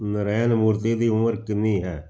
ਨਰਾਇਣ ਮੂਰਤੀ ਦੀ ਉਮਰ ਕਿੰਨੀ ਹੈ